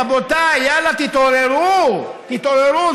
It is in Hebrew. רבותיי, יאללה, תתעוררו, תתעוררו.